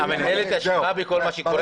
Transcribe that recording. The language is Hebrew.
המינהלת אשמה בכל מה שקורה עכשיו?